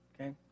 Okay